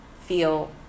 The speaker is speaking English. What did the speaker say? feel